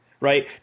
right